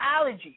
allergies